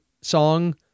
song